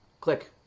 Click